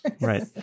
Right